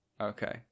okay